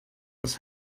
has